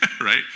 right